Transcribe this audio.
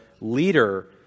leader